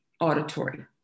auditory